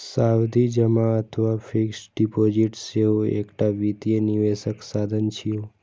सावधि जमा अथवा फिक्स्ड डिपोजिट सेहो एकटा वित्तीय निवेशक साधन छियै